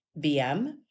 BM